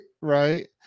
Right